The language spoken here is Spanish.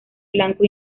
blanco